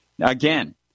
Again